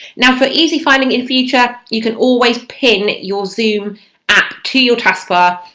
now for easy finding in future you can always pin your zoom app to your taskbar.